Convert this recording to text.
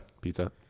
Pizza